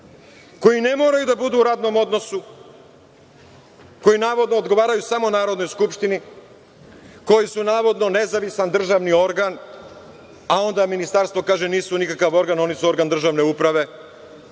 koji ne moraju da budu u radnom odnosu, koji navodno odgovaraju samo Narodnoj skupštini, koji su navodno nezavisan državni organ, a onda ministarstvo kaže – nisu nikakav organ, oni su organ državne uprave,